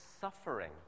suffering